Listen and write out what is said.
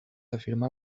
afirmar